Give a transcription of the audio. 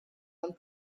homme